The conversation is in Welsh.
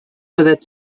byddet